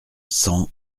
cent